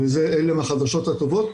אלה הן החדשות הטובות.